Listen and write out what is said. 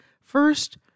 First